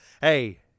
Hey